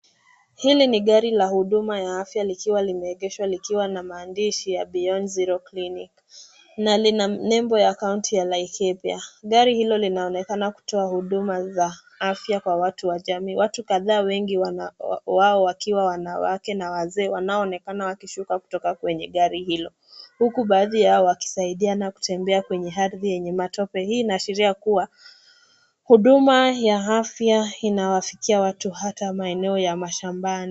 Hili ni gari la huduma ya afya likiwa limeegeswa likiwa na maandishi ya Beyond Zero Clinic na lina nembo ya kaunti ya Laikipia. Gari hilo linaonekana kutoa huduma za afya kwa watu wa jamii. Watu kadhaa wengi wao wakiwa wanawake na wazee wanaonekana wakishuka kutoka kwenye gari hilo huku baadhi ya wakisaidiana kutembea kwenye ardhi yenye matope. Hii inashiria kuwa huduma ya afya inawafikia watu hata maeneo ya mashambani.